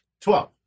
Twelve